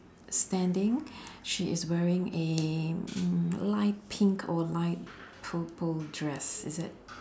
standing she is wearing a mm light pink or light purple dress is it